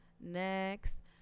Next